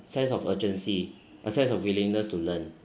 sense of urgency a sense of willingness to learn